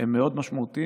הם מאוד משמעותיים.